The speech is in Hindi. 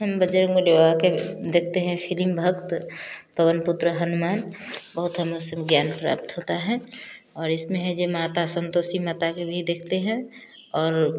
हम बजरंगबली बाबा के देखते हैं फिलिम भक्त पवन पुत्र हनुमान बहुत हम उससे ज्ञान प्राप्त होता है और इसमें है जे माता संतोषी माता के भी देखते हैं और